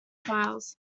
files